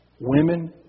Women